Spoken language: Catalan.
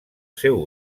seu